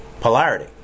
polarity